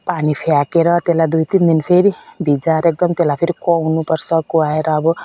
पानी फ्याँकेर त्यसलाई दुई तिन दिन फेरि भिजाएर एकदम त्यसलाई फेरि कुहाउनु पर्छ कुहाएर अब